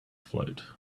float